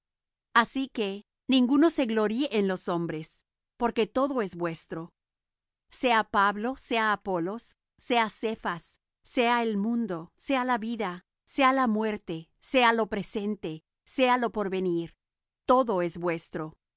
así que ninguno se gloríe en los hombres porque todo es vuestro sea pablo sea apolos sea cefas sea el mundo sea la vida sea la muerte sea lo presente sea los por venir todo es vuestro